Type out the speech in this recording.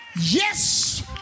yes